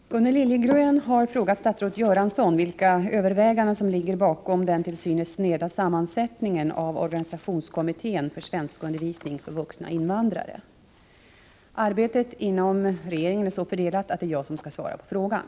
Herr talman! Gunnel Liljegren har frågat statsrådet Göransson vilka överväganden som ligger bakom den till synes sneda sammansättningen av organisationskommittén för svenskundervisning för vuxna invandrare. Arbetet inom regeringen är så fördelat att det är jag som skall svara på frågan.